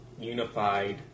unified